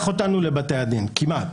לוקח אותנו לבתי הדין, כמעט.